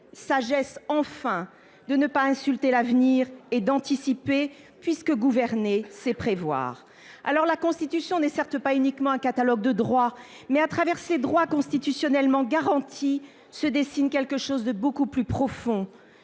Sagesse, enfin, de ne pas insulter l’avenir et d’anticiper, puisque gouverner, c’est prévoir. Certes, la Constitution n’est pas uniquement un catalogue de droits, mais au travers de ces droits constitutionnellement garantis se dessine quelque chose de beaucoup plus profond,